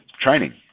training